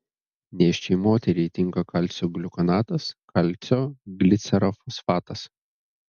nėščiai moteriai tinka kalcio gliukonatas kalcio glicerofosfatas